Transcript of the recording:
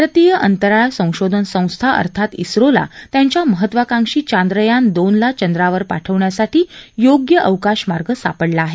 भारतीय अंतराळ संशोधन संस्था अर्थात झोला त्यांच्या महत्वाकांक्षी चांद्रयान दोनला चंद्रावर पाठवण्यासाठी योग्य अवकाश मार्ग सापडला आहे